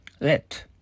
Let